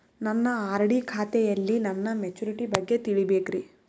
ನನ್ನ ಆರ್.ಡಿ ಖಾತೆಯಲ್ಲಿ ನನ್ನ ಮೆಚುರಿಟಿ ಬಗ್ಗೆ ತಿಳಿಬೇಕ್ರಿ